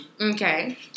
Okay